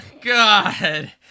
god